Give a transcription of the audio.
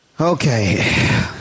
Okay